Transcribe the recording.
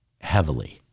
heavily